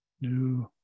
new